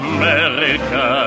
America